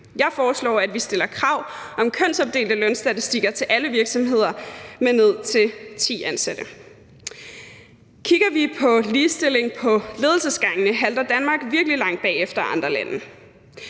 Jeg foreslår, at vi stiller krav om kønsopdelte lønstatistikker til alle virksomheder med ned til ti ansatte. Kigger vi på ligestilling på ledelsesgangene, vil vi se, at Danmark virkelig halter langt bagefter andre lande.